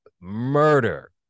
murder